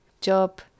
job